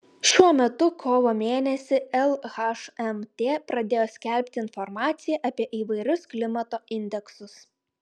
šių metų kovo mėnesį lhmt pradėjo skelbti informaciją apie įvairius klimato indeksus